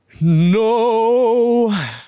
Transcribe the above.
No